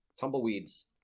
Tumbleweeds